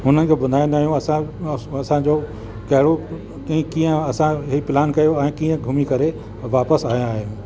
हुनखे ॿुधाईंदा आहियूं असां असांजो कहिड़ो ऐं कीअं असां हे प्लान कयो ऐं कीअं घुमी करे वापसि आया आहियूं